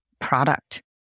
product